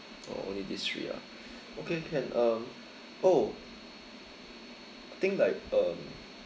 oh only these three ah okay can um oh I think like um